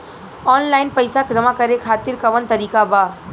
Online पइसा जमा करे खातिर कवन तरीका बा?